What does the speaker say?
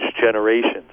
generations